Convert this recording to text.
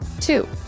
Two